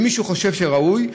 למי שהוא חושב שראוי,